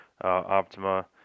Optima